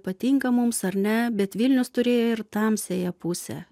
patinka mums ar ne bet vilnius turėjo ir tamsiąją pusę